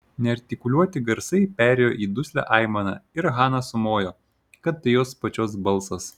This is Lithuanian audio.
neartikuliuoti garsai perėjo į duslią aimaną ir hana sumojo kad tai jos pačios balsas